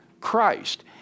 Christ